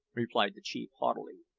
replied the chief haughtily,